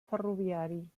ferroviari